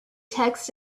text